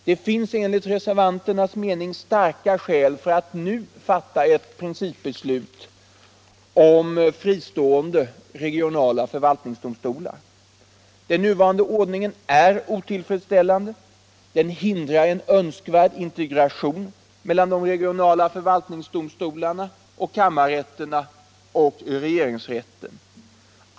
Det finns enligt reservanternas mening starka skäl för att nu fatta ett principbeslut om fristående regionala förvaltningsdomstolar. Den nuvarande ordningen är otillfredsställande. Den hindrar en önskvärd integration mellan de regionala förvaltningsdomstolarna och kammarrätterna och regeringsrätten.